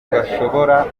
bashobora